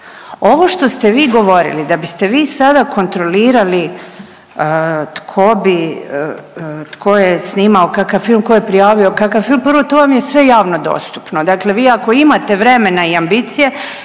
Ovo što ste vi govorili da biste vi sada kontrolirali tko bi tko je snimao kakav film, tko je prijavio kakav film prvo to vam je sve javno dostupno, dakle ako vi imate vremena i ambicije